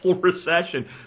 recession